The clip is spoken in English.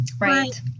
right